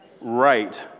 Right